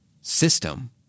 system